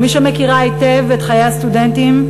כמי שמכירה היטב את חיי הסטודנטים,